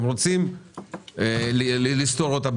אתם רוצים לסתור אותה,